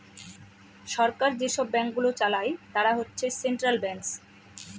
সরকার যেসব ব্যাঙ্কগুলো চালায় তারা হচ্ছে সেন্ট্রাল ব্যাঙ্কস